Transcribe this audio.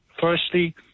firstly